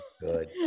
good